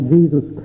Jesus